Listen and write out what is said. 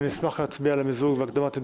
אני אשמח להצביע על המיזוג והקדמת הדיון.